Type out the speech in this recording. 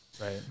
right